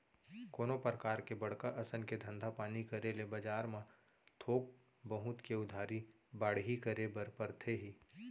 कोनो परकार के बड़का असन के धंधा पानी करे ले बजार म थोक बहुत के उधारी बाड़ही करे बर परथे ही